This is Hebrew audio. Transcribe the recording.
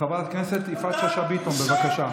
חברת הכנסת יפעת שאשא ביטון, בבקשה.